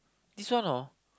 this one oh